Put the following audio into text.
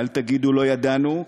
אל תגידו לא ידענו,